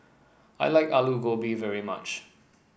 I like Alu Gobi very much